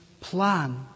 plan